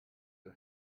the